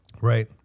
Right